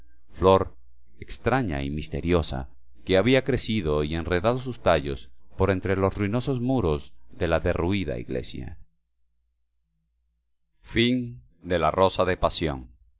flor extraña y misteriosa que había crecido y enredado sus tallos por entre los ruinosos muros de la derruida iglesia